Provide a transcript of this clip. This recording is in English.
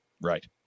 right